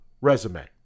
resume